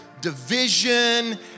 division